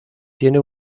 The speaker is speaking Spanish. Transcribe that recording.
tiene